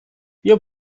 wir